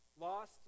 lost